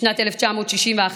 בשנת 1961,